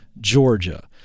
Georgia